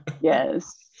Yes